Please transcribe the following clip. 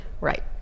Right